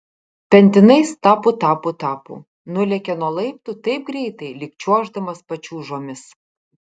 pentinais tapu tapu tapu nulėkė nuo laiptų taip greitai lyg čiuoždamas pačiūžomis